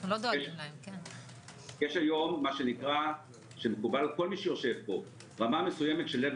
יש היום רמה מסוימת של evidence